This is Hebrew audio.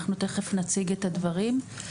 אנחנו תכף נציג את הדברים.